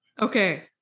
Okay